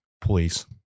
Please